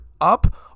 up